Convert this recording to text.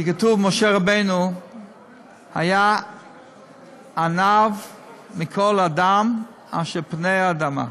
כי כתוב: משה רבנו היה עניו מכל אדם אשר על פני האדמה.